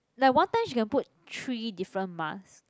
like one time she can out three different mask